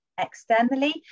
externally